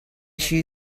she